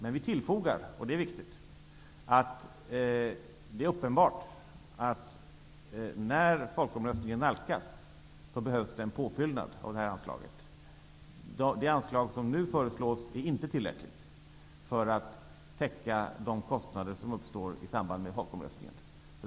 Men vi tillfogar, och det är viktigt, att det är uppenbart att när folkomröstningen nalkas behövs det en påfyllnad av det här anslaget. Det anslag som nu föreslås är inte tillräckligt för att täcka de kostnader som uppstår i samband med folkomröstningen.